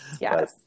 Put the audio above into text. Yes